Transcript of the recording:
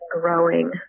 growing